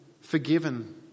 forgiven